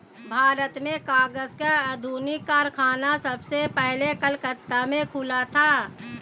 भारत में कागज का आधुनिक कारखाना सबसे पहले कलकत्ता में खुला था